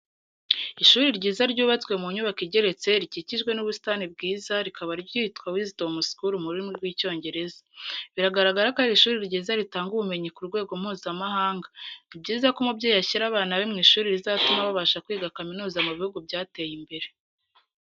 Ishuri ryiza ryubatswe mu nyubako igeretse, rikikijwe n'ubusitani bwiza rikaba ryitwa Wisdom school mu rurimi rw'Icyongereza. Biragaragara ko ari ishuri ryiza ritanga ubumenyi ku rwego mpuzamahanga. Ni byiza ko umubyeyi ashyira abana be mu ishuri rizatuma babasha kwiga kaminuza mu bihugu byateye imbere.